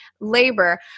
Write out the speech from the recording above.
labor